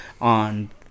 on